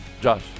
Josh